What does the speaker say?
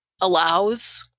allows